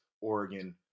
Oregon